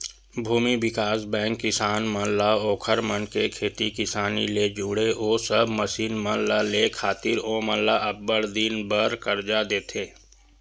भूमि बिकास बेंक किसान मन ला ओखर मन के खेती किसानी ले जुड़े ओ सब मसीन मन ल लेय खातिर ओमन ल अब्बड़ दिन बर करजा देथे